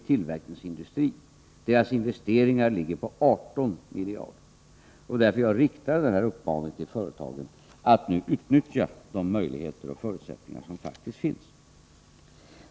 Dess investeringar ligger på 18 miljarder. Det var därför jag riktade uppmaningen till företagen att utnyttja de möjligheter och förutsättningar som faktiskt finns.